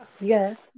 Yes